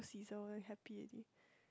sizzle happy already